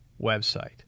website